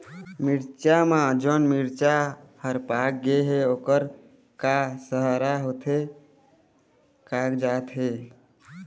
मिरचा म जोन मिरचा हर पाक गे हे ओहर काहे सरहा होथे कागजात हे?